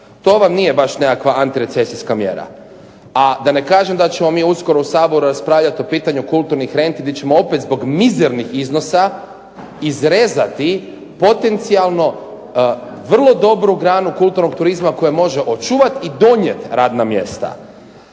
To vam nije baš nekakva antirecesijska mjera. A da ne kažem da ćemo mi uskoro u Saboru raspravljati o pitanju kulturnih renti gdje ćemo opet zbog mizernih iznosa izrezati potencijalno vrlo dobru granu kulturnog turizma koja može očuvati i donijeti radna mjesta.